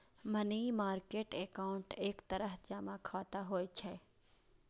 money market account एक तरह जमा खाता होइ छै